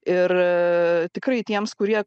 ir tikrai tiems kurie